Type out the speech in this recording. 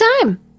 time